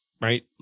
right